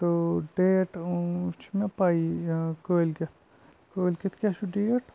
تہٕ ڈیٹ چھُ مےٚ پَیی کٲلکیتھ کٲلکیتھ کیاہ چھُ ڈیٹ